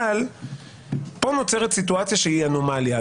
אבל פה נוצרת אנומליה.